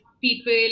people